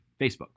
Facebook